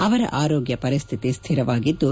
ಅವರ ಆರೋಗ್ಲ ಪರಿಸ್ಥಿತಿ ಸ್ಥಿರವಾಗಿದ್ಲು